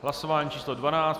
Hlasování číslo 12.